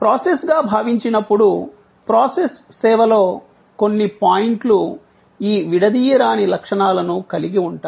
ప్రాసెస్గా భావించినప్పుడు ప్రాసెస్ సేవలో కొన్ని పాయింట్లు ఈ విడదీయరాని లక్షణాలను కలిగి ఉంటాయి